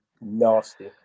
nasty